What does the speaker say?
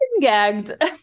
gagged